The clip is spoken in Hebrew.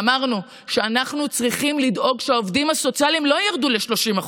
ואמרנו שאנחנו צריכים לדאוג שהעובדים הסוציאליים לא ירדו ל-30%.